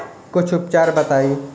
कुछ उपचार बताई?